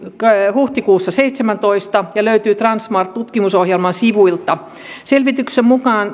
huhtikuussa seitsemäntoista ja löytyy transsmart tutkimusohjelman sivuilta selvityksen mukaan